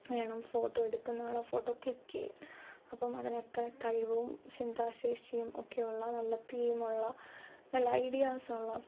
വേണം ഫോട്ടോ എടുക്കുന്നയാള് ആ ഫോട്ടോ ക്ലിക്ക് ചെയ്യാന് അപ്പോള് അതിനൊക്കെ കഴിവും ചിന്താശേഷിയും ഒക്കെയുള്ള നല്ല തീമുള്ള നല്ല ഐഡിയാസുള്ള